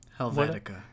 Helvetica